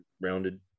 rounded